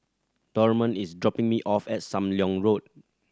Dorman is dropping me off at Sam Leong Road